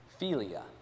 philia